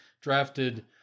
drafted